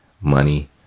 money